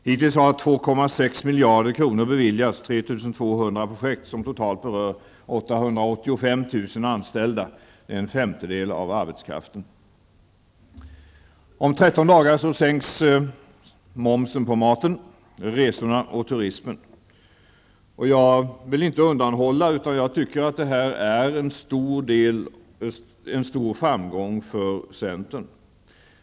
Hittills har 2,6 miljarder kronor beviljats 3 200 projekt som totalt berör 885 000 anställda -- det är en femtedel av arbetskraften. Om 13 dagar sänks momsen på maten, resorna och turismen. Det är en stor framgång för centern.